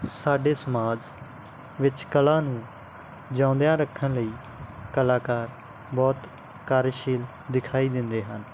ਸਾਡੇ ਸਮਾਜ ਵਿੱਚ ਕਲਾ ਨੂੰ ਜਿਊਦਿਆਂ ਰੱਖਣ ਲਈ ਕਲਾਕਾਰ ਬਹੁਤ ਕਾਰਜਸ਼ੀਲ ਦਿਖਾਈ ਦਿੰਦੇ ਹਨ